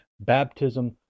baptism